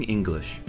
English